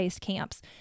camps